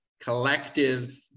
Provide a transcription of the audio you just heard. Collective